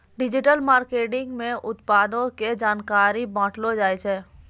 digital marketing मे उत्पादो के जानकारी बांटलो जाय छै